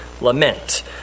lament